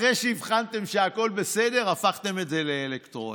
אחרי שהבחנתם שהכול בסדר, הפכתם את זה לאלקטרונית.